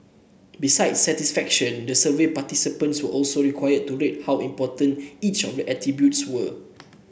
besides satisfaction the survey participants were also required to rate how important each of the attributes were